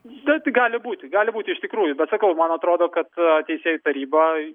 bet gali būti gali būti iš tikrųjų bet sakau man atrodo kad teisėjų taryba